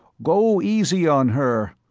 go easy on her,